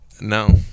No